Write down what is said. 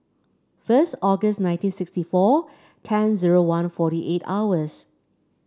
first August nineteen sixty four ten zero one forty eight hours